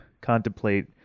contemplate